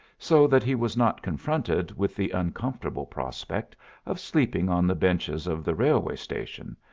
so that he was not confronted with the uncomfortable prospect of sleeping on the benches of the railway station,